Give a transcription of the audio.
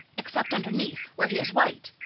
except underneath, where he is white.